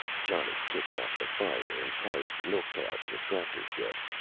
johnny kicked out the fire and carried the milk pail to the tractor shed.